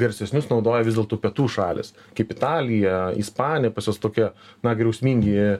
garsesnius naudoja vis dėlto pietų šalys kaip italija ispanija pas juos tokia na griausmingi